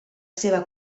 seva